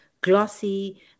glossy